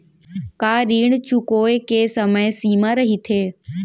का ऋण चुकोय के समय सीमा रहिथे?